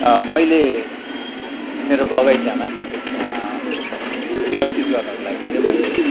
मैले मेरो बगैँचामा व्यवस्थित गर्नको लागि चाहिँ मैले